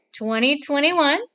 2021